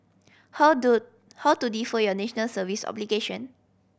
how to how to defer your National Service obligation